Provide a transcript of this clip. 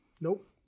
Nope